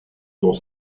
dans